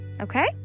Okay